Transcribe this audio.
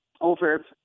over